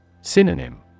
Synonym